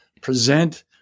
present